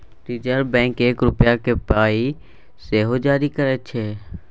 reserve bank एक रुपाक पाइ सेहो जारी करय छै